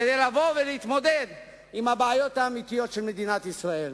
כדי להתמודד עם הבעיות האמיתיות של מדינת ישראל.